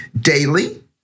daily